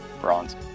bronze